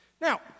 Now